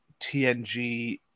TNG